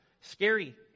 Scary